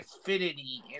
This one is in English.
Affinity